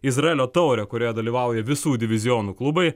izraelio taurę kurioje dalyvauja visų divizionų klubai